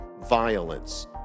violence